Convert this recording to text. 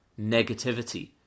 negativity